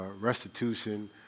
restitution